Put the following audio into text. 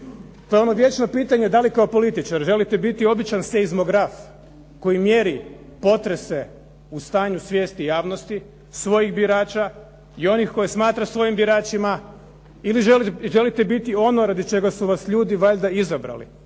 To je ono vječno pitanje da li kao političar želite biti običan seizmograf koji mjeri potrese u stanju svijesti javnosti svojih birača i onih koje smatra svojim biračima ili želite biti ono radi čega su vas ljudi valjda izabrali,